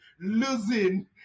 losing